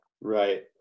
right